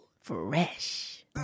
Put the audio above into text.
fresh